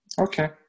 Okay